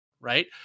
right